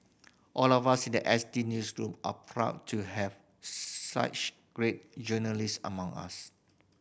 all of us in the S T newsroom are proud to have such great journalists among us